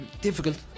Difficult